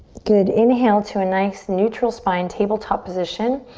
good, inhale to a nice neutral spine, tabletop position,